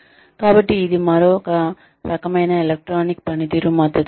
కాబట్టి ఇది మరొక రకమైన ఎలక్ట్రానిక్ పనితీరు మద్దతు వ్యవస్థ